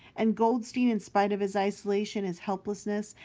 and goldstein, in spite of his isolation, his helplessness,